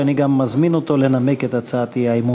שאני גם מזמין אותו לנמק את הצעת האי-אמון.